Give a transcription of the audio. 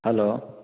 hello